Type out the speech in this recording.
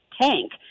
tank